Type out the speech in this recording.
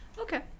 Okay